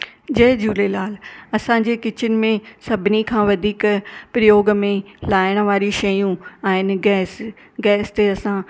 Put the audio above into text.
जय झूलेलाल असांजे किचन में सभिनी खां वधीक प्रयोग में लाइण वारी शयूं आहिनि गैस गैस ते असां